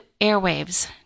airwaves